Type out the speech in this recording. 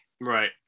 Right